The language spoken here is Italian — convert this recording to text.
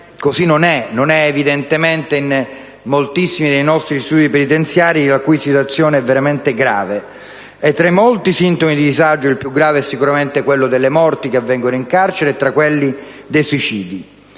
Così non è, evidentemente, in molti dei nostri istituti penitenziari, la cui situazione è veramente grave. Tra i molti sintomi di disagio, il più grave è sicuramente quello delle morti che avvengono in carcere e, tra quelle, dei suicidi.